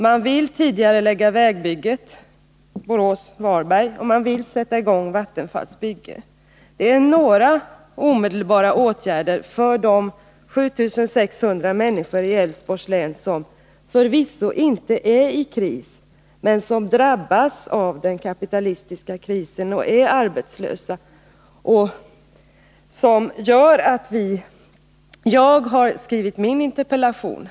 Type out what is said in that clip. Man vill tidigarelägga vägbygget Borås-Varberg, och man vill sätta i gång Vattenfalls bygge. Detta är några omedelbara åtgärder för de 7 600 människor i Älvsborgs län som förvisso inte befinner sig i kris men som drabbas av den kapitalistiska krisen och är arbetslösa. Det är deras situation som gör att jag har skrivit min interpellation.